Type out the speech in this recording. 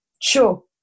sure